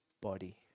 body